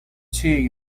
tea